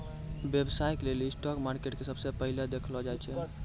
व्यवसाय के लेली स्टाक मार्केट के सबसे पहिलै देखलो जाय छै